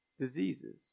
diseases